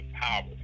power